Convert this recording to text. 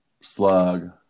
slug